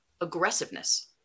aggressiveness